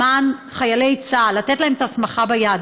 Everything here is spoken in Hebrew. למען חיילי צה"ל, לתת להם את ההסמכה ביד.